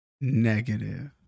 Negative